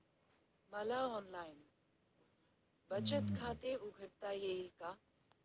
मला ऑनलाइन बचत खाते उघडता येईल का?